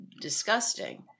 disgusting